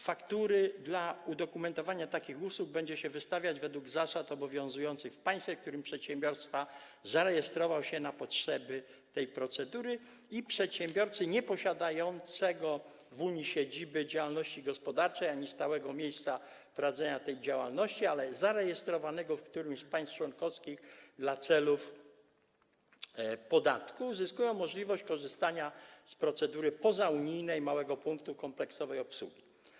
Faktury w celu udokumentowania takich usług będzie się wystawiać według zasad obowiązujących w państwie, w którym przedsiębiorca zarejestrował się na potrzeby tej procedury, i przedsiębiorcy nieposiadający w Unii siedziby działalności gospodarczej ani stałego miejsca prowadzenia tej działalności, ale zarejestrowani w którymś z państw członkowskich dla celów podatku, uzyskują możliwość korzystania z procedury pozaunijnej małego punktu kompleksowej obsługi.